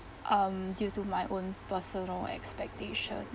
um due to my own personal expectations